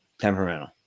temperamental